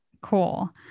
Cool